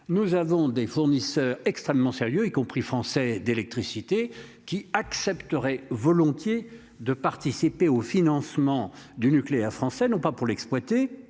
nous avons des fournisseurs extrêmement sérieux, y compris français d'électricité qui accepterait volontiers de participer au financement du nucléaire français non pas pour l'exploiter